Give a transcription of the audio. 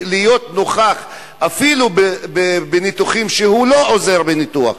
להיות נוכח אפילו בניתוחים כשהוא לא עוזר בניתוח.